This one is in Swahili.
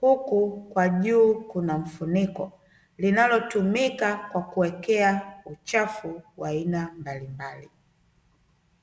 huku kwa juu kuna mfuniko linalotumika kwa kuwekea uchafu wa aina mbalimbali.